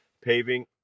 paving